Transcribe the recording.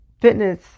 fitness